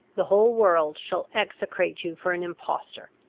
the whole world shall execrate you for an impostor.